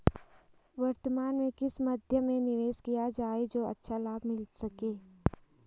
वर्तमान में किस मध्य में निवेश किया जाए जो अच्छा लाभ मिल सके?